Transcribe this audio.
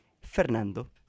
Fernando